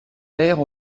terre